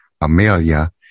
Amelia